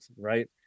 right